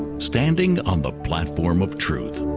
standing on the platform of truth